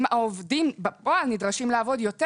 אם העובדים בפועל נדרשים לעבוד יותר